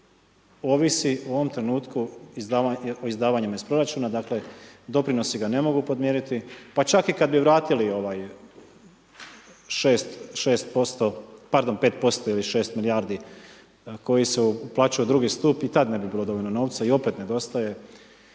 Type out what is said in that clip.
ovisi u ovom trenutku o izdavanjima iz proračuna, dakle doprinosi ga ne mogu podmiriti pa čak i kad bi vratili ovaj 6% pardon 5% ili 6 milijardi koje se uplaćuju u drugi stup, i rad ne bi bilo dovoljno novca i opet nedostaje